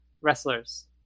wrestlers